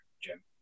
Jim